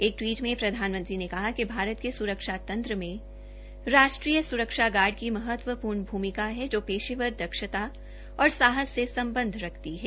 एक टवीट में प्रधानमंत्री ने कहा कि भारत के स्रक्षा तंत्र में राष्ट्रीय स्रक्षा गार्ड की महत्वपूर्ण भूमिका है जो पेशेवर दक्षता और साहस से सम्बध रखती है